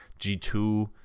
G2